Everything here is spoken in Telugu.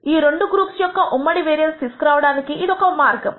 ఈ రెండు గ్రూప్స్ యొక్క ఉమ్మడి వేరియన్స్ తీసుకురావడానికి ఇది ఒక మార్గం